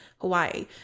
Hawaii